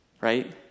Right